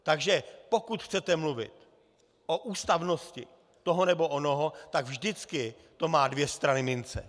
Takže pokud chcete mluvit o ústavnosti toho nebo onoho, tak vždycky to má dvě strany mince.